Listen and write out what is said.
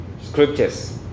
Scriptures